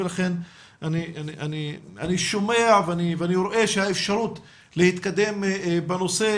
ולכן אני שומע ואני רואה שהאפשרות להתקדם בנושא,